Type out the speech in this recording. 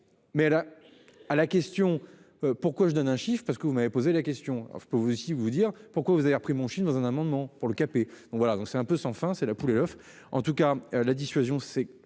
la. À la question. Pourquoi je donne un chiffre, parce que vous m'avez posé la question. Alors je peux vous aussi vous dire pourquoi vous avez pris mon film dans un amendement pour le cap et donc voilà, donc c'est un peu sans fin, c'est la poule et l'oeuf. En tout cas la dissuasion, c'est